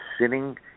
sitting